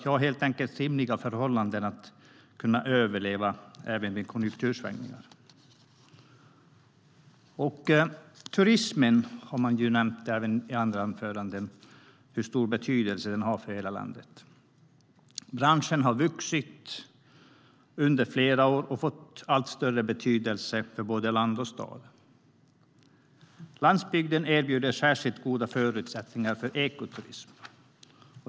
Det handlar helt enkelt om rimliga förhållanden så att de kan överleva även vid konjunktursvängningar. Hur stor betydelse turismen har för hela landet har nämnts även i andra anföranden. Branschen har vuxit under flera år och fått allt större betydelse för både land och stad. Landsbygden erbjuder särskilt goda förutsättningar för ekoturism.